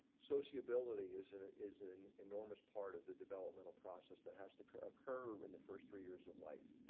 so she ability is and a is an enormous part of the developmental process that has to occur occur in the first three years of life.